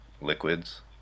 liquids